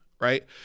Right